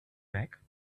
back